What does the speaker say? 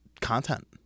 content